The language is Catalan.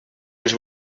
ens